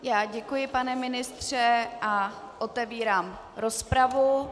Já děkuji, pane ministře, a otevírám rozpravu.